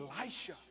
Elisha